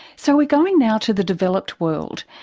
so we're going now to the developed world,